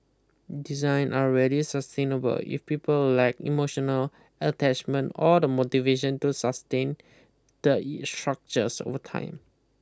design are rarely sustainable if people lack emotional attachment or the motivation to sustain the structures over time